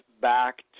back